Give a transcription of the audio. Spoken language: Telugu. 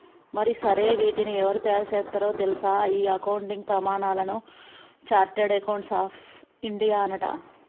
మరి సరే వీటిని ఎవరు తయారు సేత్తారో తెల్సా ఈ అకౌంటింగ్ ప్రమానాలను చార్టెడ్ అకౌంట్స్ ఆఫ్ ఇండియానట